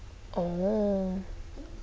oo